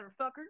motherfucker